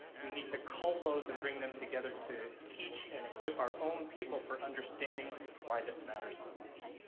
we need to cull those and bring them together to teach and equip our own people for understanding why this matters so much.